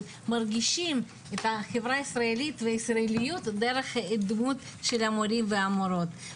ומרגישים את החברה הישראלית והישראליות דרך הדמות של המורים והמורות.